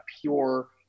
pure